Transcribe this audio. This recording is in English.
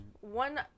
one